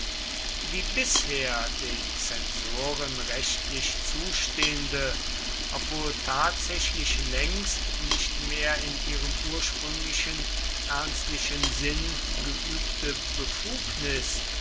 die bisher den zensoren rechtlich zustehende obwohl tatsächlich längst nicht mehr in ihrem ursprünglichen ernstlichen sinn geübte befugnis